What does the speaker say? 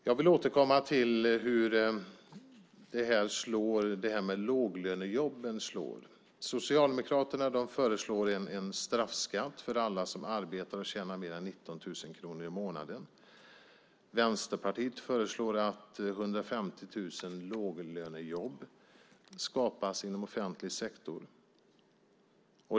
Jag vill återkomma till hur låglönejobben slår. Socialdemokraterna föreslår en straffskatt för alla som arbetar och tjänar mer än 19 000 kronor i månaden. Vänsterpartiet föreslår att 150 000 låglönejobb skapas inom offentlig sektor.